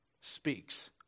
speaks